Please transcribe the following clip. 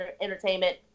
entertainment